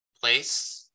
place